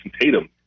Tatum